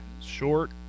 short